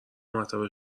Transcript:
مرتبه